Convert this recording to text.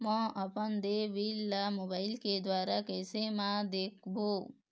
म अपन देय बिल ला मोबाइल के द्वारा कैसे म देखबो?